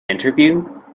interview